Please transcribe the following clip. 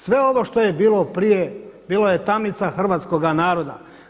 Sve ovo što je bilo prije, bilo je tamnica hrvatskoga naroda.